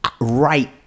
right